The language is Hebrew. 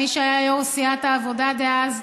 מי שהיה יו"ר סיעת העבודה דאז,